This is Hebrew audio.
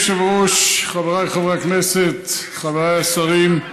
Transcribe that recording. אדוני היושב-ראש, חבריי חברי הכנסת, חבריי השרים,